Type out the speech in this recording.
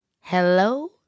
Hello